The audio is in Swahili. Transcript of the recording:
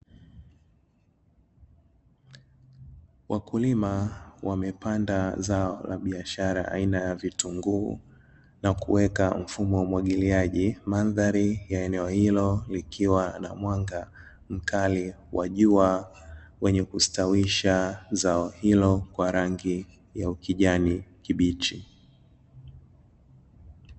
Wakulima wamepanda zao la biashara aina ya vitunguu na kuweka mfumo wa umwagiliaji, mandhari ya eneo hilo likiwa na mwanga mkali wa jua wenye kustawisha zao hilo kwa rangi ya ukijani kibichi.